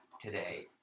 today